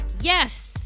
Yes